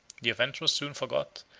the offence was soon forgot,